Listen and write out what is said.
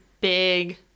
big